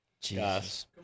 Jesus